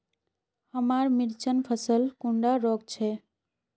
हमार मिर्चन फसल कुंडा रोग छै?